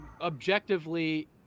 objectively